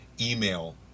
email